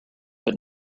but